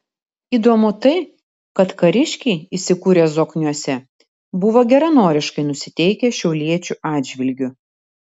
įdomu tai kad kariškiai įsikūrę zokniuose buvo geranoriškai nusiteikę šiauliečių atžvilgiu